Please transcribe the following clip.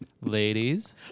Ladies